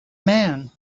man